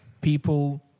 people